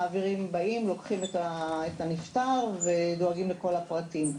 מעבירים את הנפטר ולוקחים את כל הפרטים.